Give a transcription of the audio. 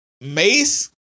Mace